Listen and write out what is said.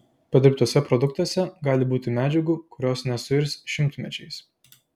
padirbtuose produktuose gali būti medžiagų kurios nesuirs šimtmečiais